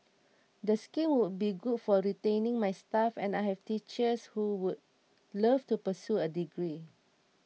the scheme would be good for retaining my staff and I have teachers who would love to pursue a degree